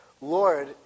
Lord